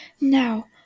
Now